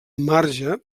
marge